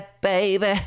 baby